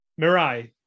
Mirai